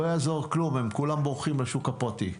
לא יעזור כלום, הם כולם בורחים לשוק הפרטי.